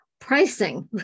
pricing